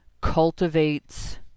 cultivates